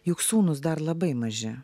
juk sūnūs dar labai maži